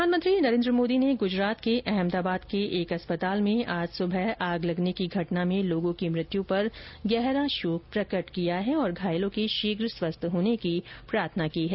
प्रधानमंत्री नरेन्द्र मोदी ने गुजरात के अहमदाबाद के एक अस्पताल में आज सुबह आग लगने की घटना में लोगों की मौत पर गहरा शोक प्रकट किया है और घायलों के शीघ्र स्वस्थ होने की प्रार्थना की है